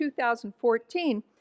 2014